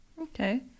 Okay